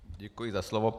Děkuji za slovo.